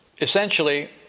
essentially